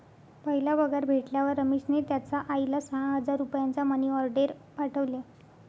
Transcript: पहिला पगार भेटल्यावर रमेशने त्याचा आईला सहा हजार रुपयांचा मनी ओर्डेर पाठवले